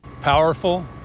Powerful